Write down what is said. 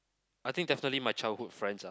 I think definitely my childhood friends ah